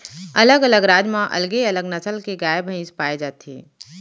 अलग अलग राज म अलगे अलग नसल के गाय भईंस पाए जाथे